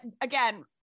again-